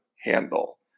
handle